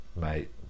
mate